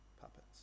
puppets